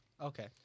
Okay